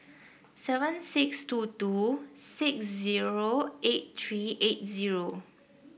seven six two two six zero eight three eight zero